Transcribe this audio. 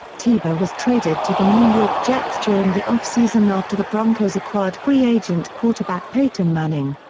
tebow was traded to the new york jets during the offseason after the broncos acquired free agent quarterback peyton manning.